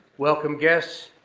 welcome guests,